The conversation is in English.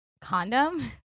condom